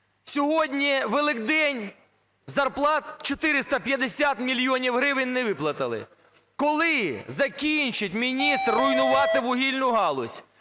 Сьогодні Великдень – зарплат 450 мільйонів гривень не виплатили. Коли закінчить міністр руйнувати вугільну галузь?